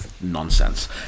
nonsense